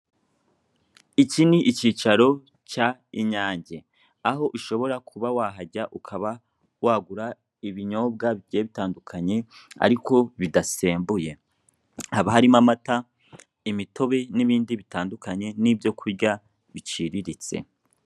Iki ni ikicaro cy'inyange aho ushobora kuba wahajya ukaba wagura ibinyobwa bigiye bitandukanye ariko bidasembuye haba harimo amata, imitobe n'ibindi bitandukanye n'ibyo kurya biciriritse.